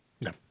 No